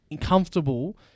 comfortable